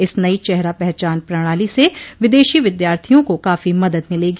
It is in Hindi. इस नई चेहरा पहचान प्रणाली से विदेशी विद्यार्थियों को काफी मदद मिलेगी